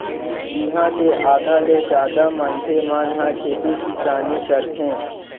इहाँ के आधा ले जादा मनखे मन ह खेती किसानी करथे